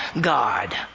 God